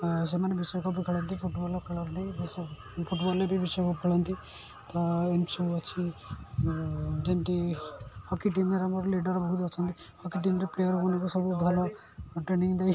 ହଁ ସେମାନେ ବିଶ୍ୱକପ୍ ଖେଳନ୍ତି ଫୁଟବଲ୍ ଖେଳନ୍ତି ବିଶ୍ୱ ଫୁଟବଲ୍ରେ ବି ବିଶ୍ୱକପ୍ ଖେଳନ୍ତି ତ ଏମତି ସବୁ ଅଛି ଯେମତି ହକି ଟିମରେ ଆମର ଲିଡ଼ର ବହୁତ ଅଛନ୍ତି ହକି ଟିମ୍ରେ ପ୍ଲେଆର୍ମାନଙ୍କୁ ସବୁ ଭଲ ଟ୍ରେନିଙ୍ଗ ଦେଇ